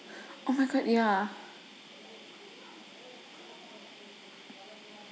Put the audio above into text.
oh my god ya